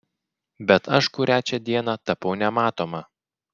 bet aš kurią čia dieną tapau nematoma